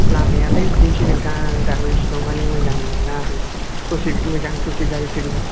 लामायालाय बिदिनोसै नोंथां दाबो इसेबां माने मोजां नङा आरो ससे मोजां ससे गाज्रि